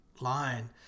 line